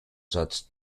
such